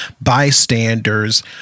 bystanders